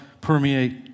permeate